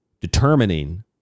determining